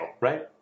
right